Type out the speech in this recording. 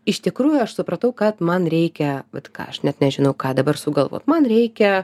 iš tikrųjų aš supratau kad man reikia vat ką aš net nežinau ką dabar sugalvot man reikia